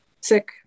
sick